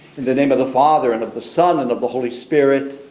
the name of the father, and of the son and of the holy spirit,